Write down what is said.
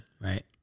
right